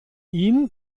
ihn